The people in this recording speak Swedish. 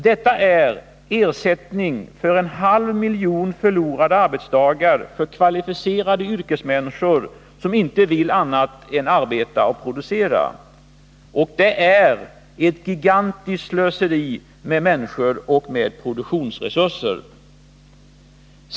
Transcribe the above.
Det är ersättning för en halv miljon förlorade arbetsdagar för kvalificerade yrkesmänniskor, som inte vill annat än arbeta och producera. Det är ett gigantiskt slöseri med människor och med produktionsresurser.